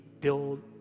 build